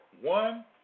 one